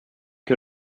que